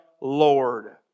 Lord